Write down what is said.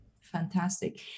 Fantastic